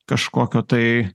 kažkokio tai